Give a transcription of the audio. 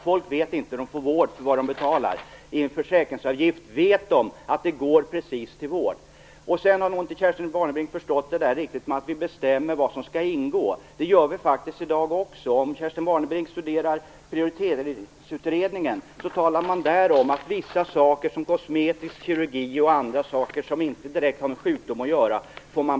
Folk vet inte om de får vård för vad de betalar. Med en försäkringsavgift vet de att pengarna går till vård. Sedan har nog inte Kerstin Warnerbring riktigt förstått det där med att vi bestämmer vad som skall ingå. Det gör vi faktiskt i dag också. Kerstin Warnerbring kan studera prioriteringsutredningen. I den sägs att man själv får betala för vissa saker, t.ex. kosmetisk kirurgi och andra saker som inte direkt har med sjukdom att göra.